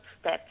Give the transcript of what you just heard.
step